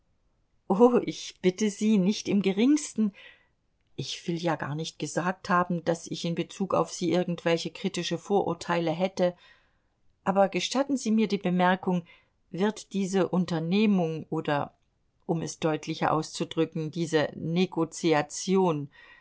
oh ich bitte sie nicht im geringsten ich will ja gar nicht gesagt haben daß ich in bezug auf sie irgendwelche kritische vorurteile hätte aber gestatten sie mir die bemerkung wird diese unternehmung oder um es deutlicher auszudrücken diese